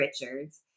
Richards